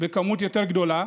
בעוצמה יותר גדולה.